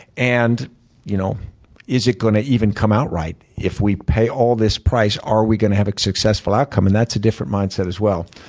and you know is it going to even come out right? if we pay all this price, are we going to have a successful outcome? and that's a different mindset, as well.